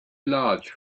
large